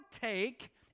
take